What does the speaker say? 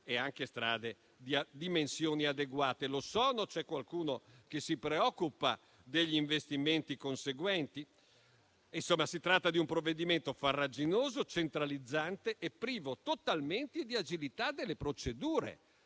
e anche di dimensioni adeguate. Lo sono? C'è qualcuno che si preoccupa degli investimenti conseguenti? Insomma, si tratta di un provvedimento farraginoso, centralizzante e privo totalmente di agilità delle procedure.